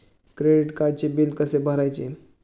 Credit कार्डचे bill कसे भरायचे?